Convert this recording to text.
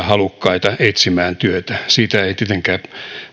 halukkaita etsimään työtä siitä ei tietenkään